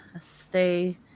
stay